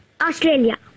Australia